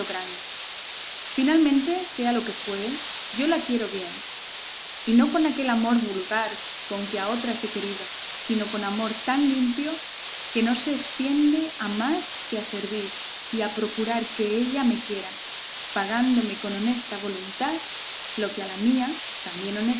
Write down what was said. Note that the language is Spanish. grande finalmente sea lo que se fuere yo la quiero bien y no con aquel amor vulgar con que a otras he querido sino con amor tan limpio que no se estiende a más que a servir y a procurar que ella me quiera pagándome con honesta voluntad lo que a la mía también